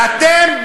ואתם,